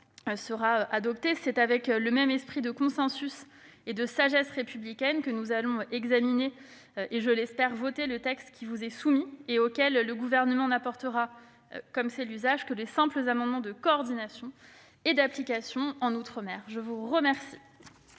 de compromis. C'est avec le même esprit de consensus et de sagesse républicaine que je vous invite à examiner et à voter le texte qui vous est soumis et auquel le Gouvernement n'apportera, comme c'est l'usage, que de simples amendements de coordination et d'application en outre-mer. La parole